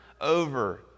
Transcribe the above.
over